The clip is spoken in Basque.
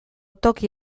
toki